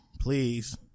Please